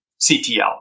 CTL